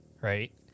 right